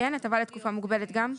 הטבה לתקופה מוגבלת גם?